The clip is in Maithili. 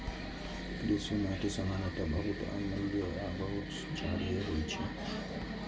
कृषि माटि सामान्यतः बहुत अम्लीय आ बहुत क्षारीय होइ छै